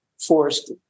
forced